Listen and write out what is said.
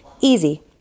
Easy